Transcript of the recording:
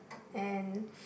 and